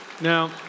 Now